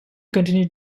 continued